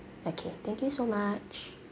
okay thank you so much